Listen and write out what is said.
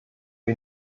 wir